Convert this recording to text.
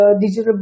digital